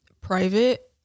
private